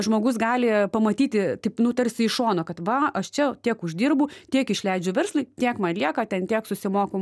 žmogus gali pamatyti taip nutarsi iš šono kad va aš čia tiek uždirbu tiek išleidžiu verslui tiek man lieka ten tiek susimoku